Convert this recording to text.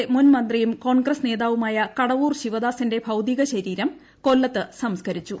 കേരളത്തിലെ മുൻ മന്ത്രിയും കോൺഗ്രസ് നേതാവുമായ കടവൂർ ശിവദാസന്റെ ഭൌതിക ശരീരം കൊല്ലത്ത് സംസ്കരിച്ചു